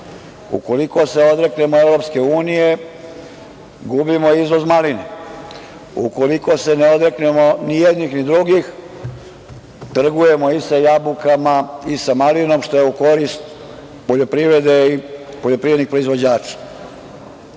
Ukoliko se odreknemo EU, gubimo izvoz maline. Ukoliko se ne odreknemo ni jednih, ni drugih, trgujemo i sa jabukama i sa malinom, što je u korist poljoprivrede i poljoprivrednih proizvođača. Vrednost